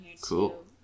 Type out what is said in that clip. cool